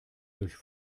durch